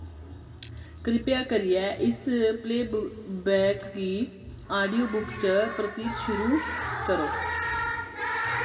कृपा करियै इस प्लेबैक गी आडियोबुक च परतियै शुरू करो